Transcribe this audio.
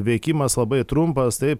veikimas labai trumpas taip